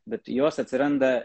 bet jos atsiranda